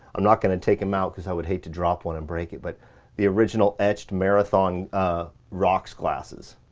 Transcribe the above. i'm not gonna take em out cause i would hate to drop one and break it, but the original etched marathon rocks glasses.